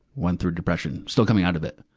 went through depression. still coming out of it.